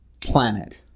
planet